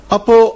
Apo